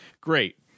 great